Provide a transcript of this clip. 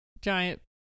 giant